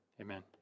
Amen